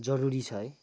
जरूरी छ है